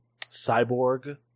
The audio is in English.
Cyborg